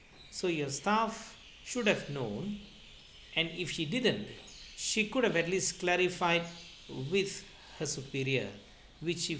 so your staff should have known and if she didn't she could have at least clarify with her superior which you